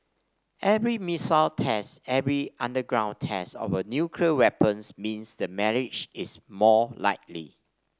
every missile test every underground test of a nuclear weapons means the marriage is more likely